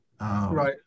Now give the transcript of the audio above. right